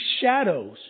shadows